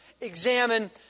examine